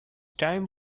time